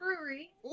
Brewery